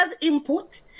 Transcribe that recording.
input